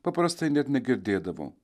paprastai net negirdėdavom